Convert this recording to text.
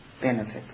benefits